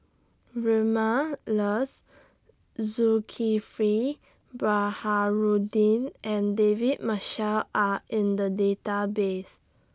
Vilma Laus Zulkifli Baharudin and David Marshall Are in The Database